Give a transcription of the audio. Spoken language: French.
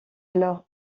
alors